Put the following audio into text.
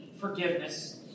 forgiveness